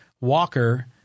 Walker